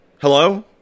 hello